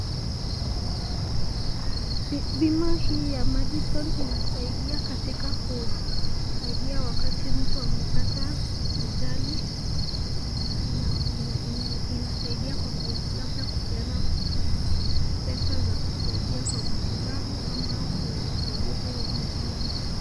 Bima hii ya Madison inasaidia katika kusaidia wakati mtu amepata ajali, inasaidia kwa labda kupeana pesa za kusaidia kwa matibabu ama au usaidizi mwingine.